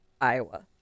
Iowa